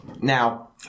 Now